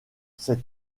sais